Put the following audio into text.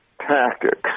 tactics